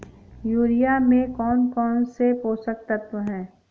Urea में कौन कौन से पोषक तत्व है?